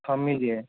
সব মিলিয়ে